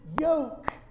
yoke